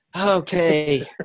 Okay